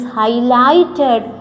highlighted